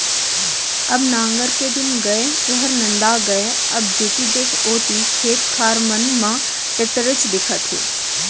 अब नांगर के दिन गय ओहर नंदा गे अब जेती देख ओती खेत खार मन म टेक्टरेच दिखत हे